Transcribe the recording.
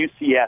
UCS